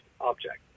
object